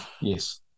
Yes